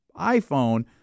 iPhone